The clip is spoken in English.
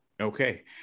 Okay